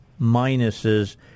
minuses